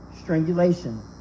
Strangulation